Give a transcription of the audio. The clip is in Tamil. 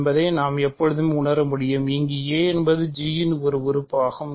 என்பதை நாம் எப்போதுமே உணர முடியும் இங்கு a என்பது G இன் ஒரு உறுப்பாகும்